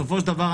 בסופו של דבר,